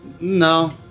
No